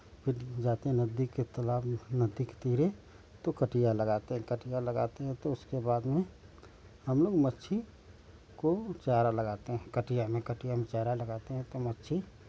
फिर जाते हैं नज़दीक के तालाब में नदी के तीरे तो कटिया लगाते हैं कटिया लगाते हैं तो उसके बाद में हम लोग मच्छी को चारा लगाते हैं कटिया में कटिया में चारा लगाते हैं तो मच्छी